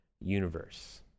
universe